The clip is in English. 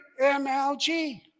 MLG